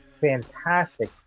fantastic